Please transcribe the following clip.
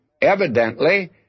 Evidently